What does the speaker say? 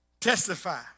Testify